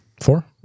Four